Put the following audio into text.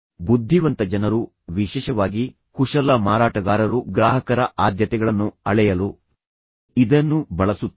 ಬುದ್ಧಿವಂತ ಜನರು ವಿಶೇಷವಾಗಿ ಕುಶಲ ಮಾರಾಟಗಾರರು ಗ್ರಾಹಕರ ಆದ್ಯತೆಗಳನ್ನು ಅಳೆಯಲು ಇದನ್ನು ಬಳಸುತ್ತಾರೆ